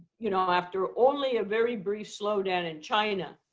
you know after only a very brief slowdown in china,